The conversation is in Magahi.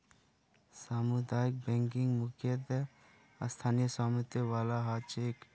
सामुदायिक बैंकिंग मुख्यतः स्थानीय स्वामित्य वाला ह छेक